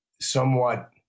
somewhat